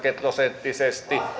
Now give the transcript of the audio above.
prosenttisesti